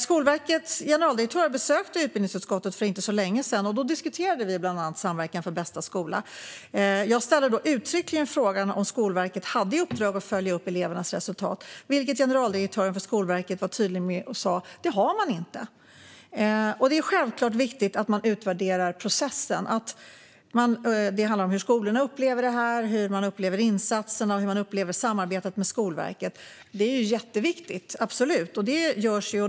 Skolverkets generaldirektör besökte utbildningsutskottet för inte så länge sedan, och då diskuterade vi bland annat Samverkan för bästa skola. Jag ställde då uttryckligen frågan om Skolverket hade i uppdrag att följa upp elevernas resultat. Generaldirektören för Skolverket var tydlig med att det har man inte. Det är självklart viktigt att man utvärderar processen. Det handlar om hur skolorna upplever detta, hur de upplever insatserna och samarbetet med Skolverket. Det är jätteviktigt, absolut, och det görs.